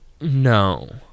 no